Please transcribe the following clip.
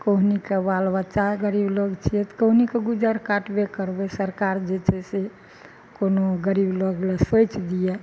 कहुनाके बाल बच्चा गरीब लोग छियै तऽ कहुनाके गुजर काटबे करबै सरकार जे छै से कोनो गरीब लोग लऽ सोचि दिया